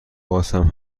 بازم